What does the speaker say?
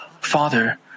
Father